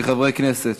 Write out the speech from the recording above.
כחברי כנסת,